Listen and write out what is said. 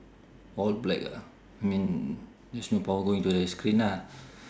all black ah I mean there's no power going to the screen lah